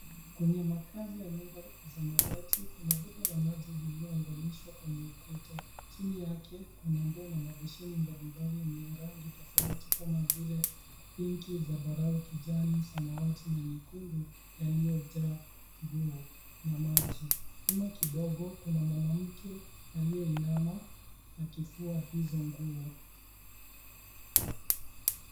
Kwenye makazi za nyumba za mabati kuna bomba la maji lililounganishwa kwenye ukuta chini yake kuna ndoo na mabesheni mbali mbali yenye rangi tofauti kama vile pinki, zambarau, kijani, samawati na nyekundi yaliyojaa nguo na maji. Nyuma kidogo kuna mwanamke aliyeinama akifua hizo nguo.